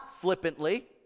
flippantly